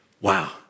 Wow